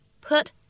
put